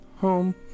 Home